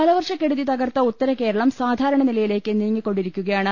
കാലവർഷ്ക്കെടുതി തകർത്ത ഉത്തരകേരളം സാധാരണ നില യിലേക്ക് നീങ്ങിക്കൊണ്ടിരിക്കുകയാണ്